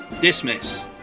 Dismiss